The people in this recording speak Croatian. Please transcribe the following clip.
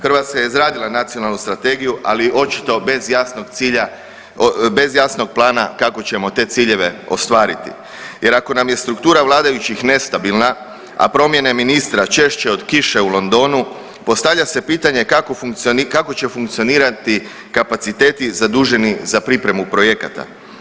Hrvatska je izradila nacionalnu strategiju, ali očito bez jasnog plana kako ćemo te ciljeve ostvariti jer ako nam je struktura vladajućih nestabilna, a promjene ministra češće od kiše u Londonu postavlja se pitanje kako će funkcionirati kapaciteti zaduženi za pripremu projekata.